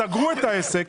סגרו את העסק,